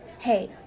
Hey